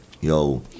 yo